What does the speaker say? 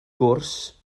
gwrs